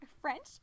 French